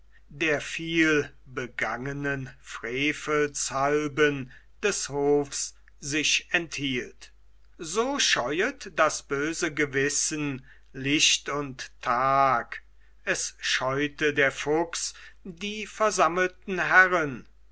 der viel begangenen frevels halben des hofs sich enthielt so scheuet das böse gewissen licht und tag es scheute der fuchs die versammelten herren